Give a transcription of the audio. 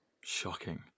Shocking